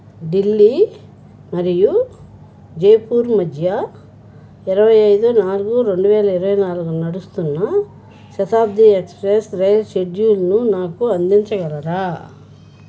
ఢిల్లీ మరియు జైపూర్ మధ్య ఇరవై ఐదు నాలుగు రెండు వేల ఇరవై నాలుగున నడుస్తున్న శతాబ్ది ఎక్స్ప్రెస్ రైల్ షెడ్యూల్ను నాకు అందించగలరా